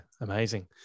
Amazing